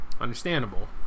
Understandable